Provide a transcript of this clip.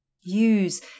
Use